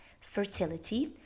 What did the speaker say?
fertility